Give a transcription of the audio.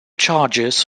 charges